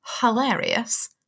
hilarious